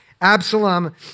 Absalom